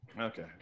okay